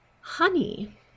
Honey